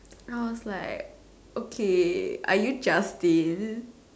I was like okay are you Justin